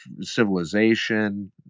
civilization